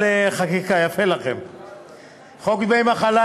יושב-ראש ועדת העבודה,